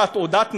תעודת נכה,